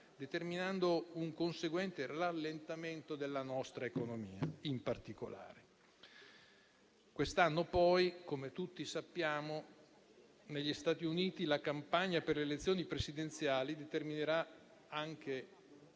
determinando un conseguente rallentamento della nostra economia in particolare. Quest'anno, come tutti sappiamo, negli Stati Uniti la campagna per le elezioni presidenziali determinerà anche